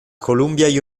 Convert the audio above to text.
columbia